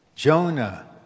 Jonah